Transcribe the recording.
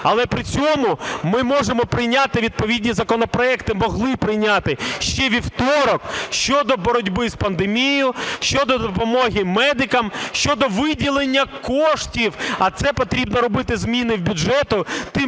Але при цьому ми можемо прийняти відповідні законопроекти, могли прийняти ще у вівторок щодо боротьби із пандемією, щодо допомоги медикам, щодо виділення коштів, а це потрібно робити зміни до бюджету, тим